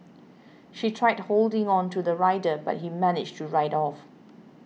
she tried holding on to the rider but he managed to ride off